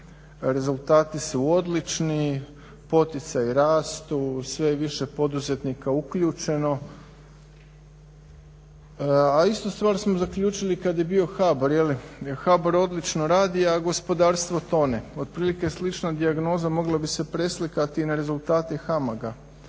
Rezultati su odlični, poticaji rastu, sve je više poduzetnika uključeno. A ista stvar smo zaključili kada je bio HBOR je li, jer HBOR odlično radi a gospodarstvo tone otprilike slična dijagnoza mogla bi se preslikati na rezultate HAMAG-a,